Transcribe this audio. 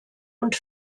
und